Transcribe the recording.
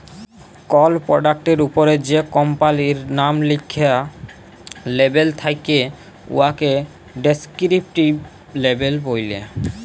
call পরডাক্টের উপরে যে কম্পালির লাম লিখ্যা লেবেল থ্যাকে উয়াকে ডেসকিরিপটিভ লেবেল ব্যলে